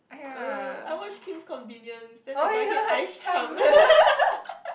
I watch Kim's convenience then the guy keep eyes charm